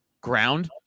ground